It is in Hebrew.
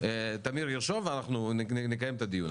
תמיר ירשום ואנחנו נקיים את הדיון.